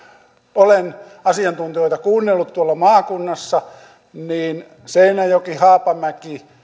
olen asiantuntijoita kuunnellut tuolla maakunnassa niin seinäjoki haapamäki